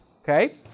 okay